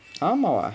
ஆமாவா:aamaavaa